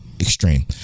extreme